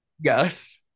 Yes